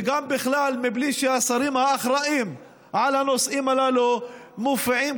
וגם בכלל בלי שהשרים האחראים לנושאים הללו מופיעים